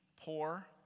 poor